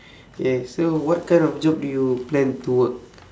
K so what kind of job do you plan to work